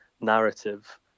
narrative